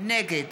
נגד